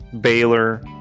Baylor